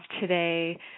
today